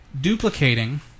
Duplicating